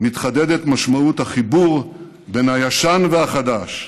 מתחדדת משמעות החיבור בין הישן והחדש,